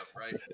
right